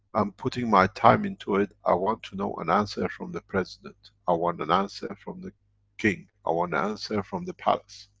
i'm putting my time into it, i want to know an answer form the president. i want an answer from the king, i want an answer from the palace.